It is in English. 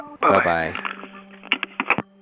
Bye-bye